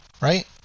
Right